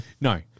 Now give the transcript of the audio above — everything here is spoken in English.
No